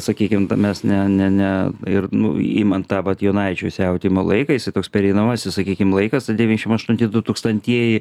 sakykim tą mes ne ne ne ir nu imant tą vat jonaičiui siautėjimo laiką jisai toks pereinamasis sakykim laikas devyniašim aštunti dutūkstantieji